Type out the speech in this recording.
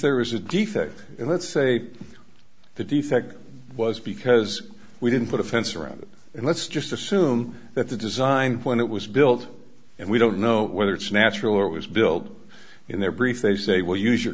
there is a defect in let's say the defect was because we didn't put a fence around it and let's just assume that the design when it was built and we don't know whether it's natural or it was built in their brief they say well use your